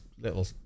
little